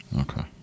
Okay